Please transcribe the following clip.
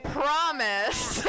promise